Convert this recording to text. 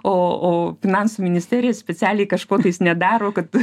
o o finansų ministerija specialiai kažko tais nedaro kad